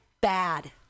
bad